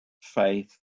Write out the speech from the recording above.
faith